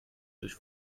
durch